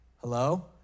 Hello